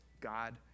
God